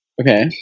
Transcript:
Okay